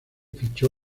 fichó